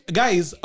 guys